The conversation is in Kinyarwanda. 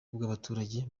bw’abaturage